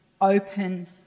Open